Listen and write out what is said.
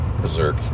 berserk